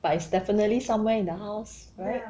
but it's definitely somewhere in the house right